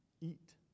Eat